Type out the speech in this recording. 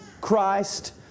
Christ